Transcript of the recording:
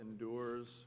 endures